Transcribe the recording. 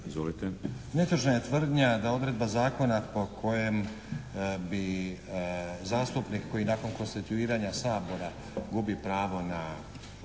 (SDP)** Netočna je tvrdnja da odredba zakona po kojem bi zastupnik koji bi nakon konstituiranja Sabora gubi pravo na novac